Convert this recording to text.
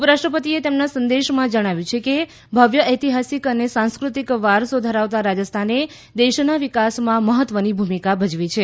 ઉપરાષ્ટ્રપતિએ તેમના સંદેશમાં જણાવ્યું છે કે ભવ્ય ઐતિહાસિક અને સાંસ્કૃતિક વારસો ધરાવતા રાજસ્થાને દેશના વિકાસમાં મહત્વની ભૂમિકા ભજવી છે